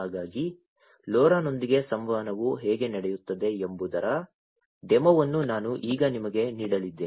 ಹಾಗಾಗಿ LoRa ನೊಂದಿಗೆ ಸಂವಹನವು ಹೇಗೆ ನಡೆಯುತ್ತದೆ ಎಂಬುದರ ಡೆಮೊವನ್ನು ನಾನು ಈಗ ನಿಮಗೆ ನೀಡಲಿದ್ದೇನೆ